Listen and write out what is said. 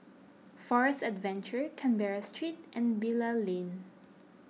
Forest Adventure Canberra Street and Bilal Lane